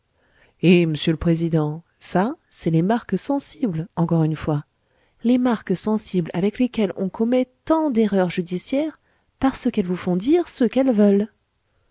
eh m'sieur le président ça c'est les marques sensibles les marques sensibles avec lesquelles on commet tant d'erreurs judiciaires parce qu'elles vous font dire ce qu'elles veulent